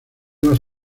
más